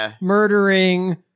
murdering